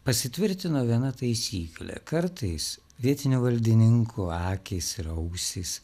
pasitvirtino viena taisyklė kartais vietinių valdininkų akys ir ausys